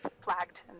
flagged